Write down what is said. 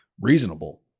reasonable